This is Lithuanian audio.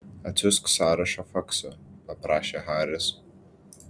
atsiųsk sąrašą faksu paprašė haris